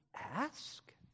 ask